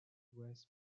west